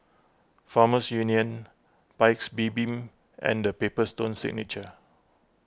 Farmers Union Paik's Bibim and the Paper Stone Signature